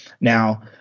Now